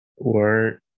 Word